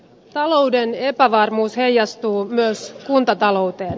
talouden epävarmuus heijastuu myös kuntatalouteen